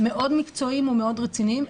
מאוד מקצועיים ומאוד רציניים.